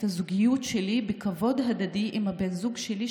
הזוגיות שלי בכבוד הדדי עם הבן זוג שלי,